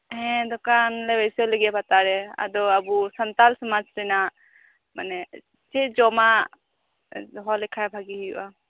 ᱦᱮᱸ ᱫᱚᱠᱟᱱ ᱞᱮ ᱵᱟᱹᱭᱥᱟᱹᱣ ᱞᱟᱜᱤᱫ ᱯᱟᱛᱟᱨᱮ ᱛᱚ ᱟᱵᱚ ᱥᱟᱱᱛᱟᱞ ᱥᱚᱢᱟᱡᱽ ᱨᱮᱱᱟᱜ ᱢᱟᱱᱮ ᱪᱮᱫ ᱡᱚᱢᱟᱜ ᱫᱚᱦᱚ ᱞᱮᱠᱷᱟᱱ ᱵᱷᱟᱜᱮ ᱦᱳᱭᱳᱜᱼᱟ